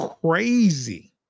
crazy